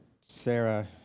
Sarah